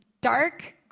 dark